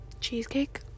cheesecake